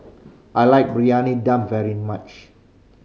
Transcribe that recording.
I like Briyani Dum very much